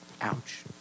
Ouch